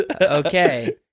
okay